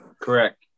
correct